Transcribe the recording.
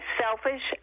selfish